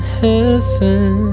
heaven